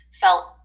felt